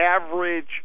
average